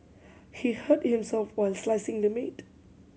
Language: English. he hurt himself while slicing the meat